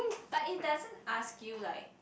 but it doesn't ask you like